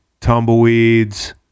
tumbleweeds